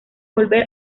volver